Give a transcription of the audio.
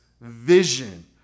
vision